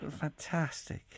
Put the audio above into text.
Fantastic